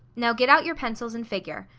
now get out your pencils and figure.